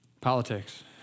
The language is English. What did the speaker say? Politics